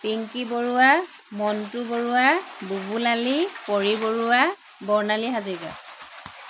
Pinky Barua Montu Barua Bubul Ali Pori Barua Barnali Hazarika